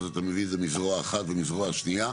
אז אתה מביא את מזרוע אחת ומזרוע שנייה,